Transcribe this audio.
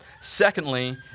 Secondly